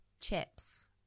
Chips